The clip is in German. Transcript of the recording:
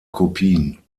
kopien